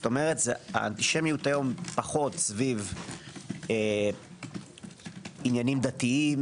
כלומר האנטישמיות היום פחות סביב עניינים דתיים